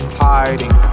hiding